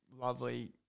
lovely